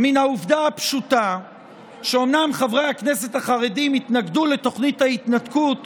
מן העובדה הפשוטה שאומנם חברי הכנסת החרדים התנגדו לתוכנית ההתנתקות